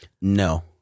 No